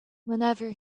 whenever